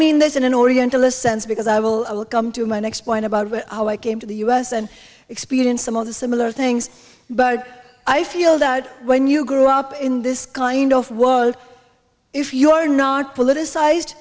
mean this in an oriental a sense because i will come to my next point about how i came to the us and experienced some of the similar things but i feel that when you grew up in this kind of world if you are not politicised